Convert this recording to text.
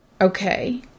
Okay